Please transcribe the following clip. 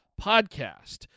podcast